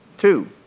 Two